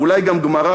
אולי גם גמרא,